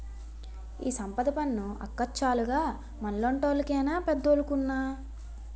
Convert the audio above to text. ఈ సంపద పన్ను అక్కచ్చాలుగ మనలాంటోళ్లు కేనా పెద్దోలుకున్నా